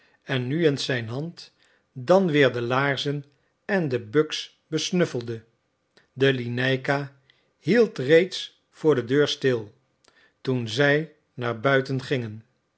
en nu eens zijn hand dan weer de laarzen en de buks besnuffelde de lineika hield reeds voor de deur stil toen zij naar buiten gingen